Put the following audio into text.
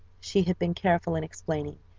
she had been careful in explaining,